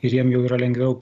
ir jiem jau yra lengviau